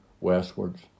westwards